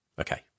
Okay